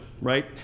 right